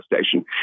station